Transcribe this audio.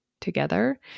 together